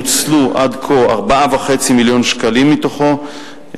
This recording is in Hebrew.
נוצלו עד כה 4.5 מיליון שקלים מתוכו,